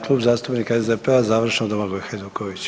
Klub zastupnika SDP-a završno Domagoj Hajduković.